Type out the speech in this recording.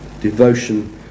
Devotion